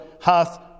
hath